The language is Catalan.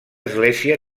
església